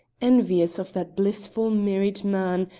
envious of that blissful married man,